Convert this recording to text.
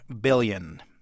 billion